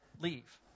leave